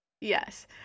Yes